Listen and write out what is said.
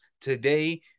today